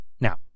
Now